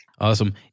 Awesome